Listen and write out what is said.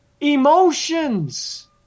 Emotions